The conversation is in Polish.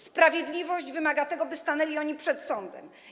Sprawiedliwość wymaga tego, by stanęli oni przed sądem.